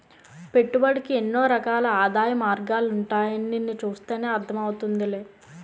పెట్టుబడికి ఎన్నో రకాల ఆదాయ మార్గాలుంటాయని నిన్ను చూస్తేనే అర్థం అవుతోందిలే